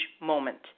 moment